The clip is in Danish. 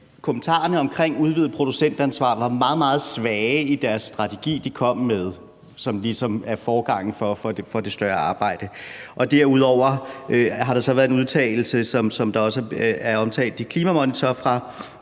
kommentarerne om udvidet producentansvar var meget, meget svage i den strategi, de kom med, som ligesom er forarbejdet til det større arbejde. Derudover har der så været en udtalelse, som også er omtalt i Klimamonitor, fra